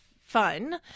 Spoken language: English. fun